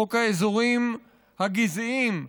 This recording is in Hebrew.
חוק האזורים הגזעיים.